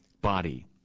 body